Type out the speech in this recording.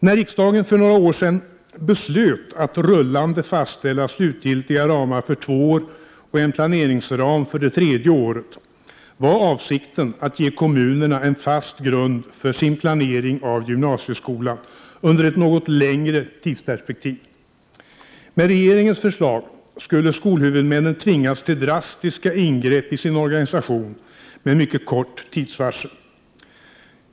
När riksdagen för några år sedan beslöt att rullande fastställa slutgiltiga ramar för två år och en planeringsram för det tredje året var avsikten att ge kommunerna en fast grund för sin planering av gymnasieskolan under ett något längre tidsperspektiv. I regeringens förslag skulle skolhuvudmännen tvingas till drastiska ingrepp i sin organisation med mycket kort tidsvarsel.